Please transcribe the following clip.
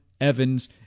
Evans